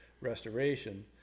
restoration